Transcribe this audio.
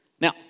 Now